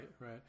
right